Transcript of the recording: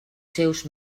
seus